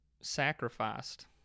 sacrificed